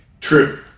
true